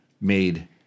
made